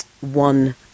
one